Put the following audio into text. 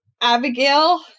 Abigail